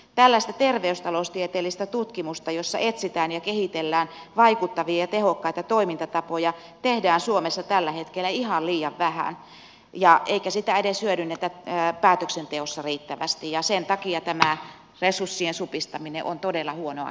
tällaista terveystaloustieteellistä tutkimusta jossa etsitään ja kehitellään vaikuttavia ja tehokkaita toimintatapoja tehdään suomessa tällä hetkellä ihan liian vähän eikä sitä edes hyödynnetä päätöksenteossa riittävästi ja sen takia tämä resurssien supistaminen on todella huono asia